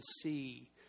see